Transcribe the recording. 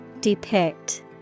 Depict